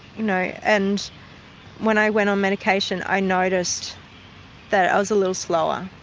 you know, and when i went on medication i noticed that i was a little slower,